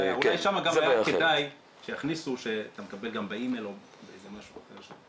אולי גם שם כדאי שיכניסו שאתה מקבל גם באימייל או באמצעי אחר.